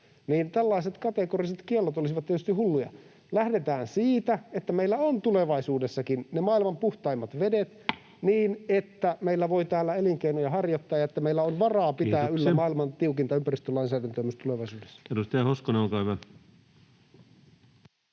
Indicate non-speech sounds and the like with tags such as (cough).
joten tällaiset kategoriset kiellot olisivat tietysti hulluja. Lähdetään siitä, että meillä on tulevaisuudessakin ne maailman puhtaimmat vedet, (noise) niin että meillä voi täällä elinkeinoja harjoittaa ja että meillä on varaa pitää yllä maailman tiukinta ympäristölainsäädäntöä myös tulevaisuudessa. Kiitoksia. — Edustaja Hoskonen, olkaa hyvä.